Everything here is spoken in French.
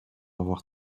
avoir